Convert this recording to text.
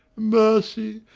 mercy,